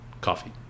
coffee